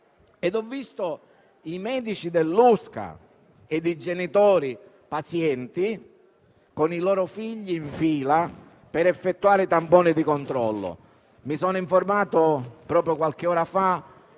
assistenziale (USCA) e i genitori pazienti con i loro figli in fila per effettuare tamponi di controllo. Mi sono informato proprio qualche ora fa